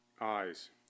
eyes